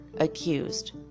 accused